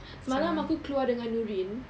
semalam aku keluar dengan nurin